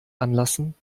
anlassen